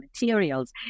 materials